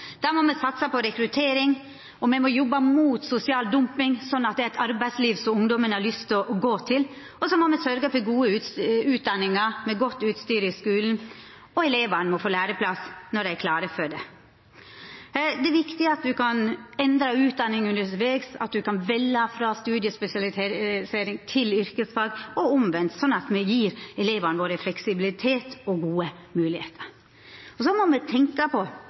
Da må me satsa på rekruttering, og me må jobba mot sosial dumping, sånn at det er eit arbeidsliv som ungdommen har lyst til å gå til. Så må me sørgja for gode utdanningar med godt utstyr i skulen, og elevane må få læreplass når dei er klare for det. Det er viktig at du kan endra utdanning undervegs, at du kan velja frå studiespesialisering til yrkesfag og omvendt, sånn at me gjev elevane våre fleksibilitet og gode moglegheiter. Så må me tenkja på